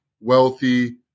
wealthy